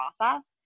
process